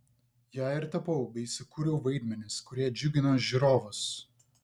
ja ir tapau bei sukūriau vaidmenis kurie džiugino žiūrovus